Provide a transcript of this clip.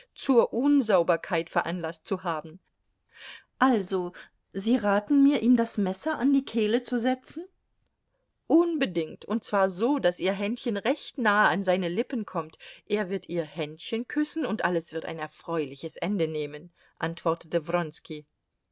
zur unsauberkeit veranlaßt zu haben also sie raten mir ihm das messer an die kehle zu setzen unbedingt und zwar so daß ihr händchen recht nahe an seine lippen kommt er wird ihr händchen küssen und alles wird ein erfreuliches ende nehmen antwortete